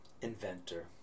inventor